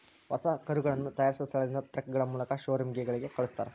ಹೊಸ ಕರುಗಳನ್ನ ತಯಾರಿಸಿದ ಸ್ಥಳದಿಂದ ಟ್ರಕ್ಗಳ ಮೂಲಕ ಶೋರೂಮ್ ಗಳಿಗೆ ಕಲ್ಸ್ತರ